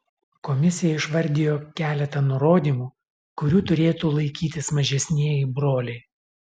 komisija išvardijo keletą nurodymų kurių turėtų laikytis mažesnieji broliai